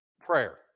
prayer